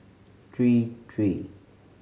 three three